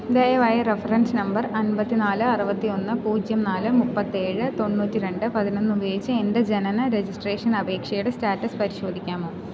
ദയവായി reference number അൻപത്തി നാല് അറുപത്തി ഒന്ന് പൂജ്യം നാല് മുപ്പത്തേഴ് തൊണ്ണൂറ്റിരണ്ട് പതിനൊന്ന് ഉപയോഗിച്ച് എൻ്റെ ജനന രജിസ്ട്രേഷൻ അപേക്ഷയുടെ സ്റ്റാറ്റസ് പരിശോധിക്കാമോ